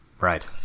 Right